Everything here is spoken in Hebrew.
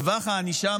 טווח הענישה,